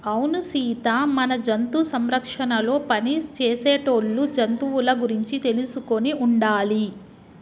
అవును సీత మన జంతు సంరక్షణలో పని చేసేటోళ్ళు జంతువుల గురించి తెలుసుకొని ఉండాలి